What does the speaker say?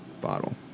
bottle